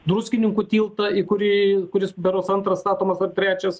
druskininkų tiltą įkūrėjui kuris berods antras statomas ar trečias